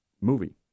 movie